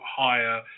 higher